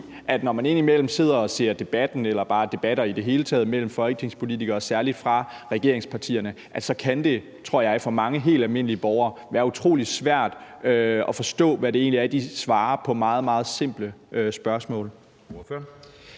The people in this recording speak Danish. at når man indimellem sidder og ser Debatten eller bare debatter i det hele taget mellem folketingspolitikere og særlig fra regeringspartierne, kan det, tror jeg, for mange helt almindelige borgere være utrolig svært at forstå, hvad det egentlig er, de svarer på meget, meget simple spørgsmål?